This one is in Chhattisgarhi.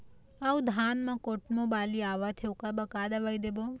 अऊ धान म कोमटो बाली आवत हे ओकर बर का दवई देबो?